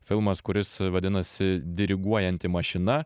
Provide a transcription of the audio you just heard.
filmas kuris vadinasi diriguojanti mašina